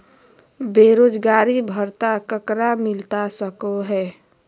बेरोजगारी भत्ता ककरा मिलता सको है?